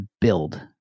build